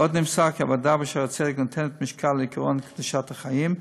עוד נמסר כי הוועדה ב"שערי צדק" נותנת משקל לעקרון קדושת החיים,